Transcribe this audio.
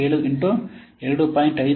7 into 2